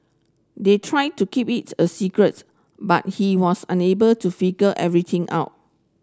they tried to keep it a secrets but he was unable to figure everything out